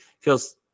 feels